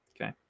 okay